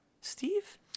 Steve